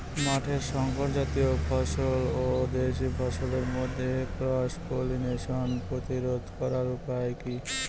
মাঠের শংকর জাতীয় ফসল ও দেশি ফসলের মধ্যে ক্রস পলিনেশন প্রতিরোধ করার উপায় কি?